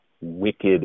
wicked